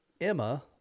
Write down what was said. Emma